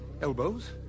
Elbows